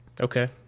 Okay